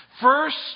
First